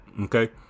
Okay